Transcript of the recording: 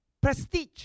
prestige